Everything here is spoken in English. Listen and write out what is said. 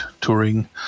touring